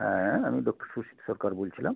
হ্যাঁ আমি ডক্টর সুশিত সরকার বলছিলাম